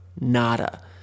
Nada